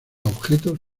objetos